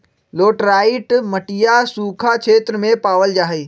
laterite मटिया सूखा क्षेत्र में पावल जाहई